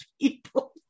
people